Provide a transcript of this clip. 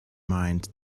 mind